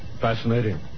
Fascinating